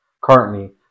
Currently